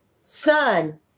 son